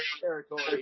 territory